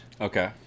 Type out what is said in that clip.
Okay